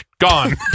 gone